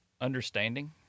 Understanding